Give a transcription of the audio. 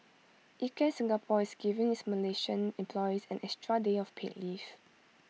Ikea Singapore is giving its Malaysian employees an extra day of paid leave